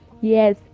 yes